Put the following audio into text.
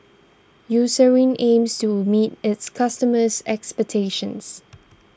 Eucerin aims to meet its customers' expectations